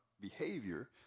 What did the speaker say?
behavior